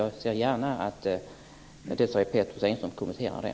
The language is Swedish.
Jag ser gärna att Desirée Pethrus Engström kommenterar det.